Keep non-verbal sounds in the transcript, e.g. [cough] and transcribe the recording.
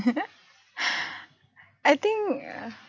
[laughs] I think uh